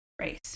race